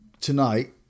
Tonight